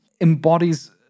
embodies